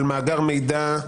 על מאגר מידע,